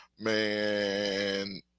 man